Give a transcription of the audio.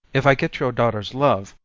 if i get your daughter's love,